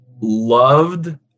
loved